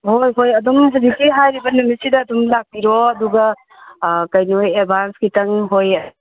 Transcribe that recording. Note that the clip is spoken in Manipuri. ꯍꯣꯏ ꯍꯣꯏ ꯑꯗꯨꯝ ꯍꯧꯖꯤꯛꯀꯤ ꯍꯥꯏꯔꯤꯕ ꯅꯨꯃꯤꯠꯁꯤꯗ ꯑꯗꯨꯝ ꯂꯥꯛꯄꯤꯔꯣ ꯑꯗꯨꯒ ꯀꯩꯅꯣ ꯑꯦꯠꯕꯥꯟꯁ ꯈꯤꯇꯪ ꯍꯣꯏ